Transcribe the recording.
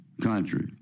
country